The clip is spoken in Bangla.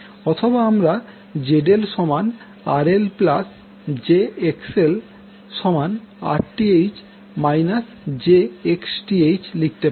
অথবা আমরা ZL RL jXL Rth jXth লিখতে পারি